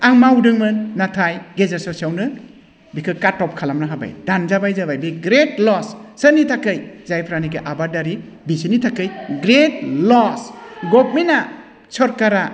आं मावदोंमोन नाथाय गेजेर ससेयावनो बिखौ काट अफ खालामना होबाय दानजाबाय जाबाय दे ग्रेट लस सोरनि थाखाय जायफ्रानोखि आबादारि बिसोरनि थाखाय ग्रेट लस गभमेन्टआ सरकारा